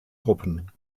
gruppen